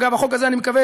אגב, החוק הזה, אני מקווה,